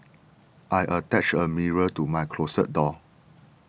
I attached a mirror to my closet door